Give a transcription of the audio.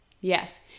Yes